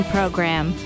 Program